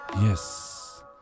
Yes